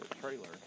trailer